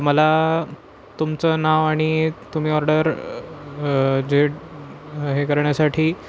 मला तुमचं नाव आणि तुम्ही ऑर्डर जे हे करण्यासाठी